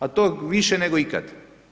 A tog više nego ikad.